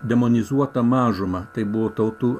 demonizuotą mažumą tai buvo tautų